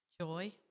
joy